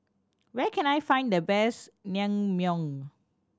where can I find the best Naengmyeon